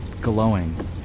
glowing